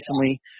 recently